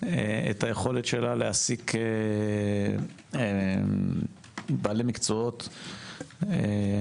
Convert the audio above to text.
את היכולת שלה להעסיק בעלי מקצועות משמעותיים,